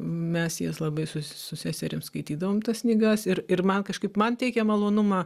mes jas labai su su seserim skaitydavom tas knygas ir ir man kažkaip man teikė malonumą